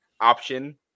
option